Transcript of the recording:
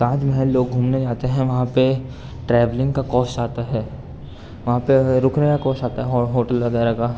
تاج محل لوگ گھومنے جاتے ہیں وہاں پہ ٹریولنگ کا کوسٹ آتا ہے وہاں پہ اگر رکنے کا کوسٹ آتا ہے ہوٹل وغیرہ کا